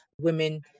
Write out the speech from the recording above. Women